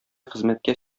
хезмәткә